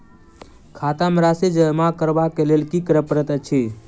खाता मे राशि जमा करबाक लेल की करै पड़तै अछि?